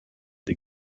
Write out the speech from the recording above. des